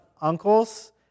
uncles